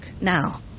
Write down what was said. now